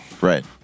Right